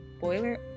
boiler